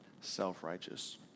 self-righteous